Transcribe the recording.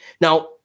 Now